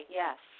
yes